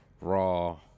raw